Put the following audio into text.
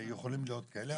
יכולים להיות כאלה.